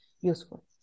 useful